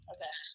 Okay